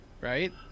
right